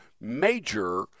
major